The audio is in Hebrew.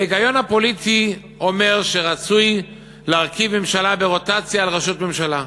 ההיגיון הפוליטי אומר שרצוי להרכיב ממשלה ברוטציה של ראשות ממשלה.